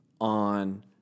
on